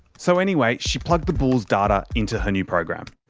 so anyway, she plugged the bulls' data into her new program.